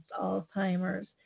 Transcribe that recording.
Alzheimer's